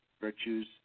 virtues